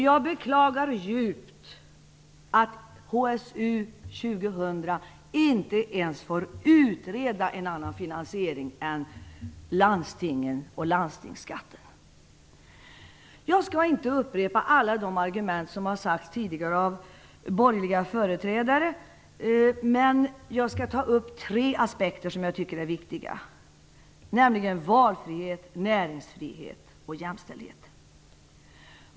Jag beklagar djupt att HSU 2000 inte ens får utreda en annan finansiering än landstingens och landstingsskatten. Jag skall inte upprepa alla de argument som framförts tidigare av borgerliga företrädare, men jag skall ta upp tre aspekter som jag tycker är viktiga, nämligen valfrihet, näringsfrihet och jämställdhet.